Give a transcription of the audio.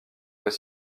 fois